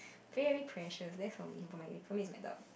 very precious that's for me for me it's my dog